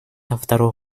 второго